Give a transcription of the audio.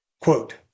Quote